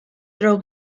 tro